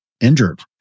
injured